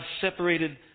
separated